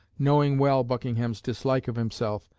knowing well buckingham's dislike of himself,